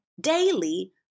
daily